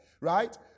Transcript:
right